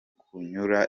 kunyura